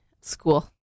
school